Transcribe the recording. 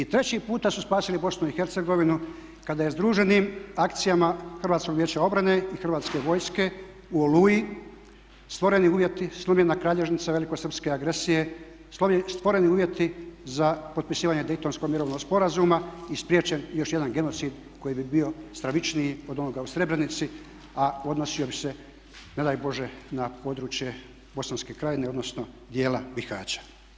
I treći puta su spasili Bosnu i Hercegovinu kada je združenim akcijama Hrvatskog vijeća obrane i Hrvatske vojske u "Oluji" stvoreni uvjeti, slomljena kralježnica velikosrpske agresije, stvoreni uvjeti za potpisivanje Daytonskog mirovnog sporazuma i spriječen još jedan genocid koji bi bio stravičniji od onoga u Srebrenici, a odnosio bi se ne daj Bože na područje bosanske krajine, odnosno dijela Bihaća.